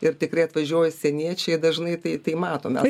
ir tikrai atvažiuoja užsieniečiai dažnai tai tai matom mes